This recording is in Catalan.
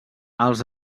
els